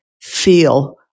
feel